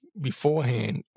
beforehand